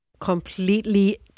Completely